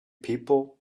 people